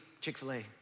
Chick-fil-A